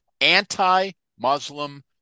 anti-Muslim